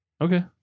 Okay